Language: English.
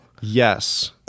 Yes